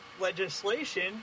legislation